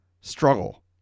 struggle